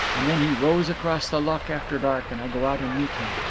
and then he rows across the loch after dark and i go out and meet him.